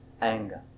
anger